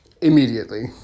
immediately